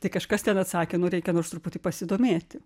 tai kažkas ten atsakė nu reikia nors truputį pasidomėti